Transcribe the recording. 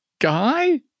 guy